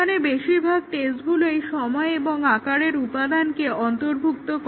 এখানে বেশিরভাগ টেস্টগুলোই সময় বা আকারের উপাদানকে অন্তর্ভুক্ত করে